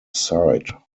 side